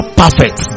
perfect